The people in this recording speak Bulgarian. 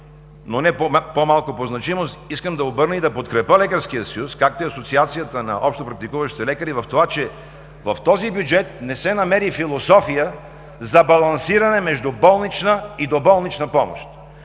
но не по-малко по значимост, искам да обърна внимание и да подкрепя Лекарския съюз, както и Асоциацията на общопрактикуващите лекари в това, че в този бюджет не се намери философия за балансиране между болнична и доболнична помощ.